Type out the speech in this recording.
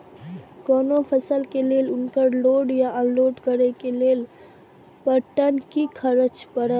कोनो फसल के लेल उनकर लोड या अनलोड करे के लेल पर टन कि खर्च परत?